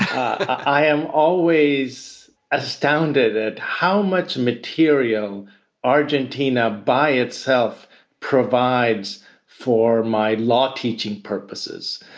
i am always astounded at how much material argentina by itself provides for my law teaching purposes,